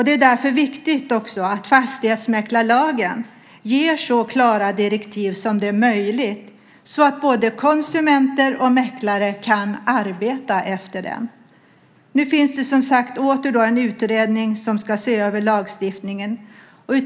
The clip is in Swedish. Det är därför viktigt att fastighetsmäklarlagen ger så klara direktiv som det är möjligt så att både konsumenter och mäklare kan arbeta efter den. Det finns som sagt åter en utredning som ska se över lagstiftningen.